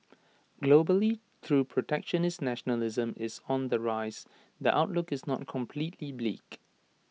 globally through protectionist nationalism is on the rise the outlook is not completely bleak